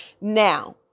Now